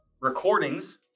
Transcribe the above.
recordings